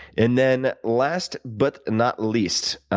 and then last but not least,